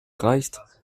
reicht